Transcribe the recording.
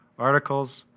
articles,